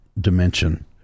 dimension